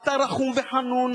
אתה רחום וחנון,